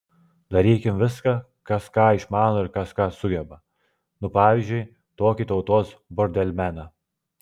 darykim viską kas ką išmano ir kas ką sugeba nu pavyzdžiui tokį tautos bordelmeną